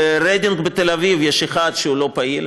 ברדינג בתל-אביב יש אחד שהוא לא פעיל,